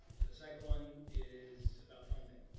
the second one is about funding.